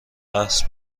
بحث